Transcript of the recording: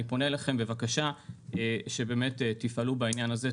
אני פונה אליכם בבקשה שתפעלו בענין הזה.